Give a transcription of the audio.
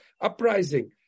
uprising